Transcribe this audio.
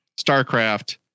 Starcraft